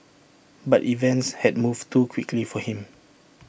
but events had moved too quickly for him